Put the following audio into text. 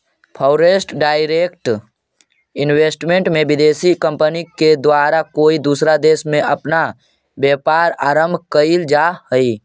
foreign direct investment में विदेशी company के द्वारा कोई दूसरा देश में अपना व्यापार आरंभ कईल जा हई